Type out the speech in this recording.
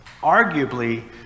arguably